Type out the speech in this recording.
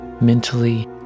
mentally